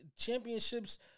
championships